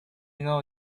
know